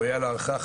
ראויה להערכה.